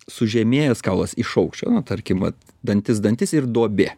sužemėjęs kaulas iš aukščio na tarkim vat dantis dantis ir duobė